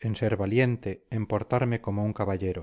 en ser valiente en portarme como un caballero